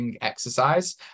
exercise